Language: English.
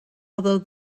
although